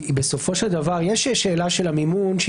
בסופו של דבר יש שאלה של המימון,